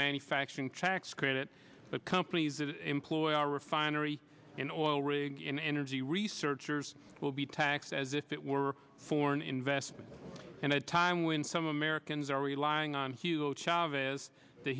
manufacturing tax credit the companies that employ our refinery in oil rig in energy researchers will be taxed as if it were foreign investment time when some americans are relying on